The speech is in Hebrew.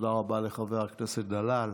תודה רבה לחבר הכנסת דלאל.